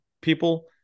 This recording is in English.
people